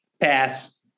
Pass